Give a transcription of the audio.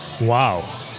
Wow